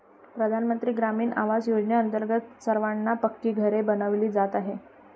प्रधानमंत्री ग्रामीण आवास योजनेअंतर्गत सर्वांना पक्की घरे बनविली जात आहेत